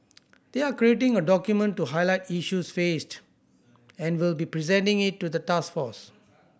they are creating a document to highlight issues faced and will be presenting it to the task force